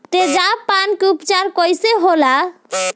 तेजाब पान के उपचार कईसे होला?